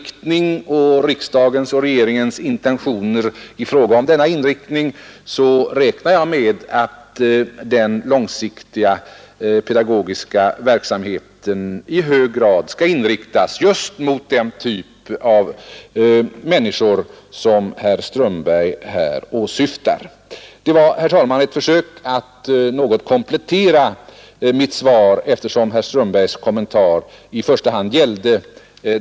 Med hänsyn till riksdagens och regeringens intentioner i fråga om vuxenutbildningens inriktning räknar jag med att den långsiktiga pedagogiska verksamheten i hög grad skall bedrivas just med tanke på de människor herr Strömberg åsyftar. Herr talman! Därmed har jag gjort ett försök att något komplettera mitt svar med avseende på den kategori av människor som herr Strömbergs kommentar i första hand gällde.